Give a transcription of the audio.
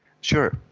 Sure